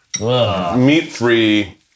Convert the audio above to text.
Meat-free